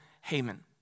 Haman